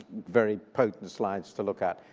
very potent slides to look at.